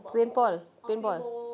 paintball paintball